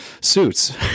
suits